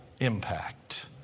impact